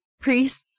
priests